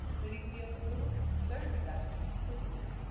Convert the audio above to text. that he feels little concern about his imprisonment.